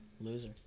Loser